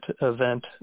event